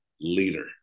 leader